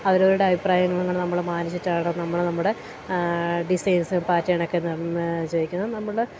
അവരുടെ അഭിപ്രായങ്ങൾ നമ്മൾ മാനിച്ചിട്ടാണ് നമ്മൾ നമ്മുടെ ഡിസൈൻസ് പാറ്റേണൊക്കെ ചെയ്യിക്കുന്നത് നമ്മൾ